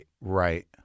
Right